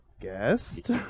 Guest